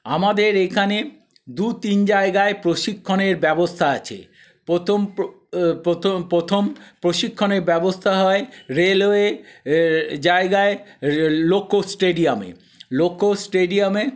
আমাদের এখানে দু তিন জায়গায় প্রশিক্ষণের ব্যবস্থা আছে প্রথম প্রথম প্রশিক্ষণের ব্যবস্থা হয় রেলওয়ে জায়গায় লোকো স্টেডিয়ামে লোকো স্টেডিয়ামে